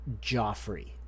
Joffrey